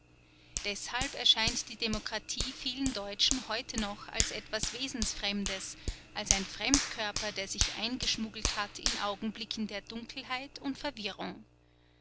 deshalb erscheint die demokratie vielen deutschen heute noch als etwas wesenfremdes als ein fremdkörper der sich eingeschmuggelt hat in augenblicken der dunkelheit und verwirrung